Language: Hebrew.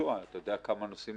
ידוע כמה נוסעים